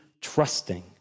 trusting